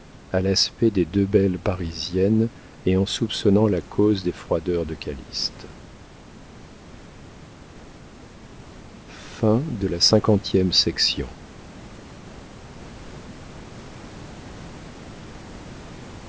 à l'aspect des deux belles parisiennes et en soupçonnant la cause des froideurs de calyste